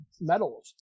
medals